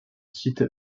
site